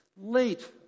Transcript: Late